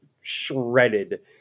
shredded